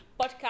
podcast